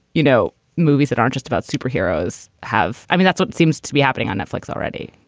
you know, movies that aren't just about superheroes have. i mean, that's what seems to be happening on netflix already,